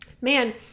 Man